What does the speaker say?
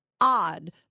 odd